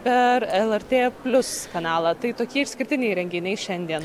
per lrt plius kanalą tai tokie išskirtiniai renginiai šiandien